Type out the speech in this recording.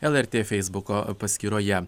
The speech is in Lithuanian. lrt feisbuko paskyroje